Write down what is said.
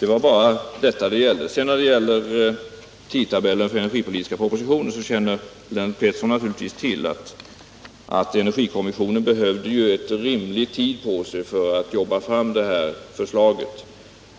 Det var bara detta det gällde. När det sedan gäller tidtabellen för den energipolitiska propositionen, så känner Lennart Pettersson naturligtvis till att energikommissionen behövde rimlig tid på sig för att utarbeta det här förslaget.